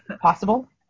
possible